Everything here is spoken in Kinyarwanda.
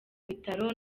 bitaro